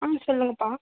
ஆ சொல்லுங்கப்பா